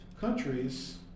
countries